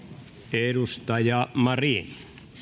edustaja marin